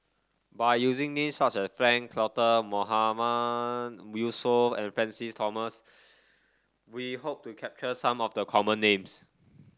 by using names such as Frank Cloutier Mahmood Yusof and Francis Thomas we hope to capture some of the common names